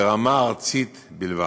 ברמה הארצית בלבד.